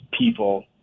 people